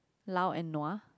lao and nua